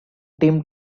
tim